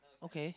okay